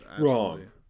Wrong